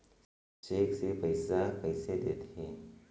Cheque से पइसा कइसे देथे?